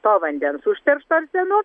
to vandens užteršto arsenu